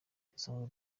dusanzwe